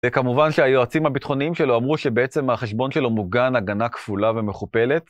זה כמובן שהיועצים הבטחוניים שלו אמרו שבעצם החשבון שלו מוגן, הגנה כפולה ומכופלת.